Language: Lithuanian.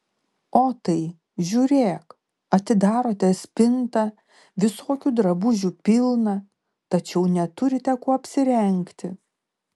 o tai žiūrėk atidarote spintą visokių drabužių pilna tačiau neturite kuo apsirengti